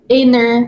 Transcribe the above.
inner